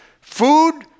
Food